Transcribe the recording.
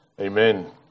Amen